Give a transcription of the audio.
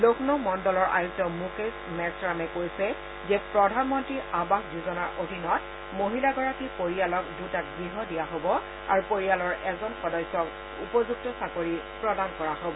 লক্ষ্ণৌ মণ্ডলৰ আযুক্ত মুকেশ মেচৰামে কৈছে যে প্ৰধানমন্ত্ৰী আৱাস যোজনাৰ অধীনত মহিলাগৰাকীৰ পৰিয়ালক দুটা গৃহ দিয়া হব আৰু পৰিয়ালৰ এজন সদস্যক চাকৰি প্ৰদান কৰা হব